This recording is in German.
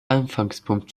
ausgangspunkt